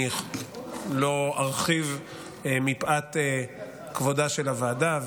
אני לא ארחיב מפאת כבודה של הוועדה,